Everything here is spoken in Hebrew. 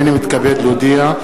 הנני מתכבד להודיע,